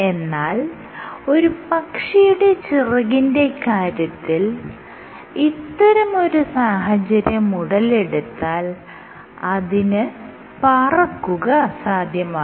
എന്നാൽ ഒരു പക്ഷിയുടെ ചിറകിന്റെ കാര്യത്തിൽ ഇത്തരമൊരു സാഹചര്യം ഉടലെടുത്താൽ അതിന് പറക്കുക അസാധ്യമാകും